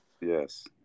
Yes